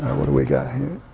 what do we got here?